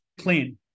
clean